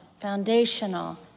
foundational